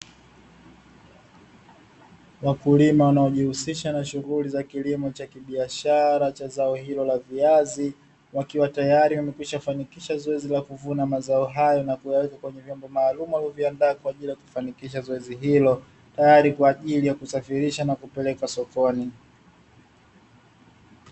Wakulima wanao jihusisha na shughuli za kilimo cha kibiashara cha zao hilo la viazi, wakiwa tayari wamekwisha fanikisha zoezi la kuvuna mazao hayo na kuyaweka kwenye vyombo maalumu walivyo viandaa kwa ajili ya kufanikisha zoezi hilo, tayari kwa kusafirisha na kupeleka sokoni.